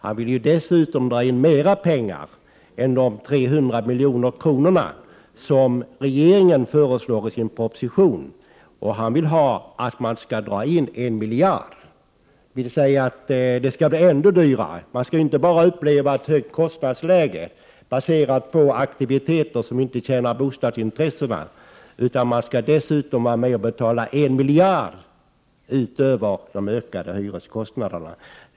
Han vill dessutom dra in mer pengar än de 300 miljoner regeringen föreslagit i sin proposition. Han vill dra in 1 miljard, dvs. det skall vara ännu dyrare. Man skall inte bara ha högt kostnadsläge, baserat på aktiviteter som inte tjänar bostadsintressenterna, utan man skall också vara med och betala 1 miljard utöver de ökade hyreskostnaderna.